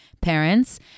parents